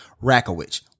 Rakowicz